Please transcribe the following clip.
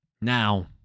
Now